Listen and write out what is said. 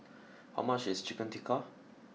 how much is Chicken Tikka